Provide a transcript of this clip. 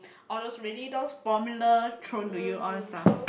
all those ready those formula thrown to you all those stuff